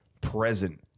present